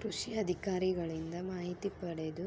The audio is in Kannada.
ಕೃಷಿ ಅಧಿಕಾರಿಗಳಿಂದ ಮಾಹಿತಿ ಪದೆದು